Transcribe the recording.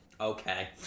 Okay